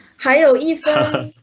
hello eva,